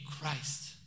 Christ